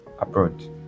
abroad